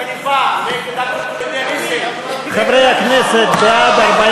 ההצעה להעביר את הצעת חוק להסדרת התיישבות בדואים בנגב,